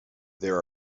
there